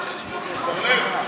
המחדל,